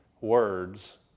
words